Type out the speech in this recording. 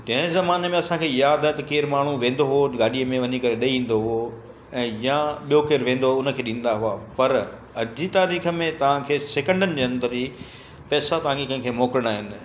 कंहिं ज़माने में असांखे यादि आहे त केरु माण्हू वेंदो उहो गाॾीअ में वञी करे ॾेई ईंदो हो ऐं या ॿियो केरु वेंदो हुओ उन खे ॾींदा हुआ पर अॼ जी तारीख़ में तव्हांखे सैकेंडनि जे अंदरु ई पैसा तव्हांखे कंहिंखे मोकिलणा आहिनि